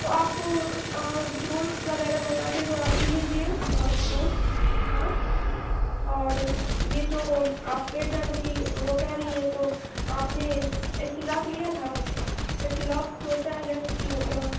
تو آپ جوس وغیرہ منگا کر تھوڑا پی لیجیے اور فروٹ آں اور یہ جو آپ پیٹ درد کی وہ کہہ رہی ہیں تو آپ نے ایسیلاک لیا تھا ایسیلاک ہوتا ہے گیس کی دوا